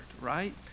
right